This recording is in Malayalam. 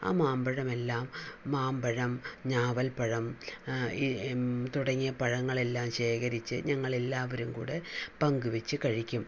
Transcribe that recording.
ആ മാമ്പഴമെല്ലാം മാമ്പഴം ഞാവൽപ്പഴം ഈ തുടങ്ങിയ പഴങ്ങളെല്ലാം ശേഖരിച്ച് ഞങ്ങൾ എല്ലാവരും കൂടി പങ്കു വെച്ച് കഴിക്കും